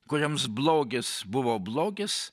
kuriems blogis buvo blogis